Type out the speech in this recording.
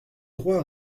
droit